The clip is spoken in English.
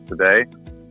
today